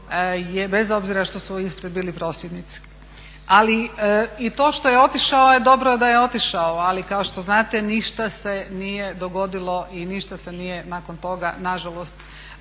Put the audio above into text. bez obzira što su ispred bili prosvjednici. Ali i to što je otišao, dobro da je otišao, ali kao što znate ništa se nije dogodilo i ništa se nije nakon toga nažalost pomaknulo,